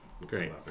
Great